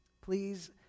Please